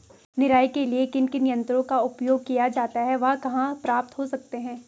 निराई के लिए किन किन यंत्रों का उपयोग किया जाता है वह कहाँ प्राप्त हो सकते हैं?